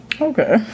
okay